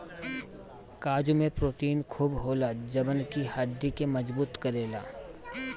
काजू में प्रोटीन खूब होला जवन की हड्डी के मजबूत करेला